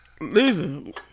Listen